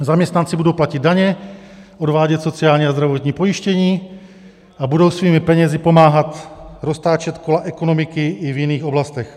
Zaměstnanci budou platit daně, odvádět sociální a zdravotní pojištění a budou svými penězi pomáhat roztáčet kola ekonomiky i v jiných oblastech.